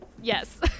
Yes